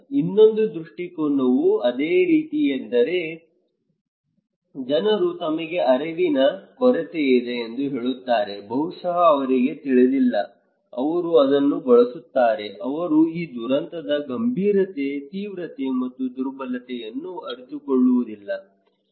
ಇನ್ನೊಂದು ದೃಷ್ಟಿಕೋನವು ಇದೇ ರೀತಿಯೆಂದರೆ ಜನರು ತಮಗೆ ಅರಿವಿನ ಕೊರತೆಯಿದೆ ಎಂದು ಹೇಳುತ್ತಾರೆ ಬಹುಶಃ ಅವರಿಗೆ ತಿಳಿದಿಲ್ಲ ಅವರು ಅದನ್ನು ಬಳಸುತ್ತಾರೆ ಅವರು ಈ ದುರಂತದ ಗಂಭೀರತೆ ತೀವ್ರತೆ ಮತ್ತು ದುರ್ಬಲತೆಯನ್ನು ಅರಿತುಕೊಳ್ಳುವುದಿಲ್ಲ